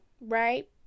right